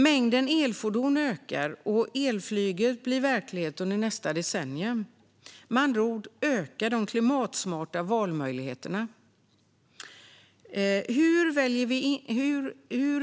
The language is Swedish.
Mängden elfordon ökar, och elflyg blir verklighet under nästa decennium. Med andra ord ökar de klimatsmarta valmöjligheterna. Hur